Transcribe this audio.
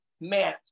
man